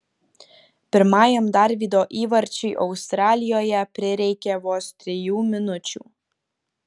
pirmajam darvydo įvarčiui australijoje prireikė vos trijų minučių